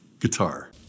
Guitar